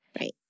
Right